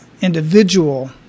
individual